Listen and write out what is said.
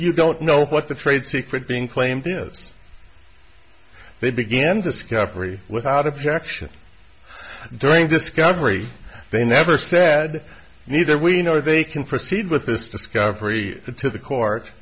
you don't know what the trade secret being claimed is they began discovery without objection during discovery they never said neither we know they can proceed with this discovery to the court